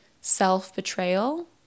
self-betrayal